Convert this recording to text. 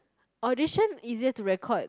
audition easier to record